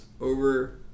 over